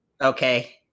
okay